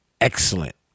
excellent